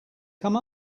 come